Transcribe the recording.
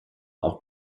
auch